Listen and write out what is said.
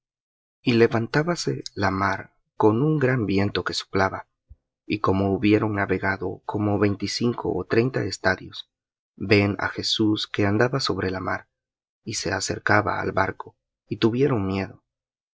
y levantábase la mar con un gran viento que soplaba y como hubieron navegado como veinticinco ó treinta estadios ven á jesús que andaba sobre la mar y se acercaba al barco y tuvieron miedo